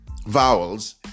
Vowels